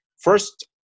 First